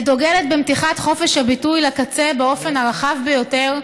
אני דוגלת במתיחת חופש הביטוי לקצה באופן הרחב ביותר,